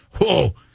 whoa